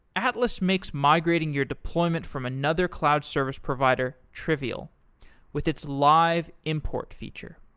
atlas makes migrating your deployment from another cloud service provider trivial with its live import feature